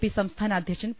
P സംസ്ഥാന അധ്യക്ഷൻ P